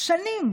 שנים